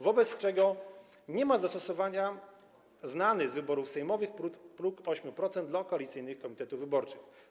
Wobec tego nie ma zastosowania znany z wyborów sejmowych próg 8% dla koalicyjnych komitetów wyborczych.